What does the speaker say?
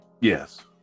Yes